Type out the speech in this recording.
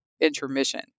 intermission